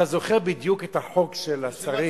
אתה זוכר בדיוק את החוק של השרים,